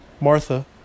Martha